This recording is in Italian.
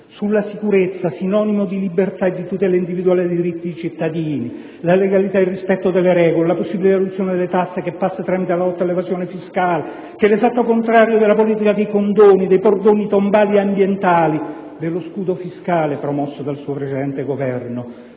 Sulla sicurezza, sinonimo di libertà e di tutela individuale dei diritti dei cittadini; sulla legalità ed il rispetto delle regole; sulla possibilità di riduzione delle tasse che passa tramite la lotta all'evasione fiscale che è l'esatto contrario della politica dei condoni, dei perdoni tombali ed ambientali e dello scudo fiscale promosso dal suo precedente Governo;